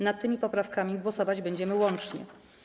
Nad tym poprawkami głosować będziemy łącznie.